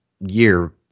year